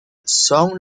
son